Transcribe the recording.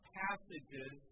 passages